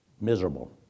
miserable